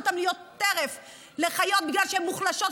אותן להיות טרף לחיות בגלל שהן מוחלשות,